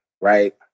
Right